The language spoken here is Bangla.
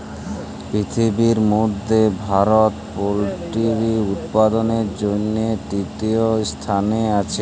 পিরথিবির ম্যধে ভারত পোলটিরি উৎপাদনের জ্যনহে তীরতীয় ইসথানে আসে